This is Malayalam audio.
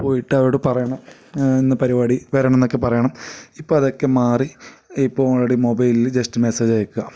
പോയിട്ട് അവിടെ പറയണം ഇന്ന പരിപാടി വരണമെന്നൊക്കെ പറയണം ഇപ്പോൾ അതൊക്കെ മാറി ഇപ്പോൾ ഓൾറെഡി മൊബൈലിൽ ജസ്റ്റ് മെസ്സേജ് അയക്കുക